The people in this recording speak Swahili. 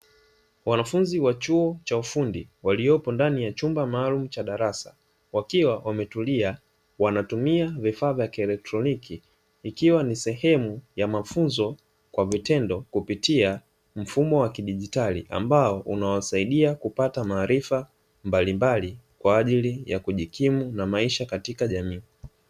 Wanafunzi wa chuo cha ufundi waliopo ndani ya chumba maalumu cha darasa wakiwa wametulia wanatumia vifaa vya kielekitroniki; ikiwa ni sehemu ya mafunzo kwa vitendo kupitia mfumo wa kidijitali ambao unawasaidia kupata maarifa mbalimbali kwa ajili ya kujikimu na maisha katika jamii.